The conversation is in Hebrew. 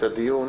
הדיון.